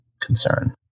concern